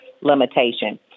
limitation